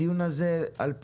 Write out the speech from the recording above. הדיון הזה נועד,